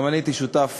הייתי שותף